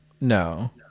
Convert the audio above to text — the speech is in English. No